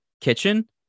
kitchen